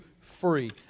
free